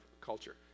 culture